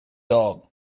dog